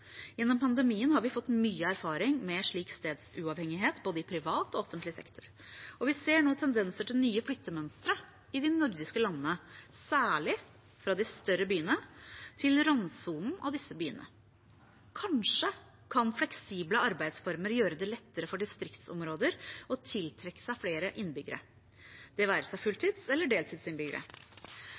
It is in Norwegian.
Gjennom pandemien har vi fått mye erfaring med slik stedsuavhengighet, både i privat og i offentlig sektor. Vi ser nå tendenser til nye flyttemønstre i de nordiske landene, særlig fra de større byene til randsonen av disse byene. Kanskje kan fleksible arbeidsformer gjøre det lettere for distriktsområder å tiltrekke seg flere innbyggere – det være seg «fulltidsinnbyggere» eller